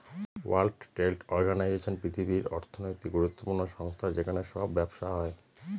world trade organization পৃথিবীর অর্থনৈতিক গুরুত্বপূর্ণ সংস্থা যেখানে সব ব্যবসা হয়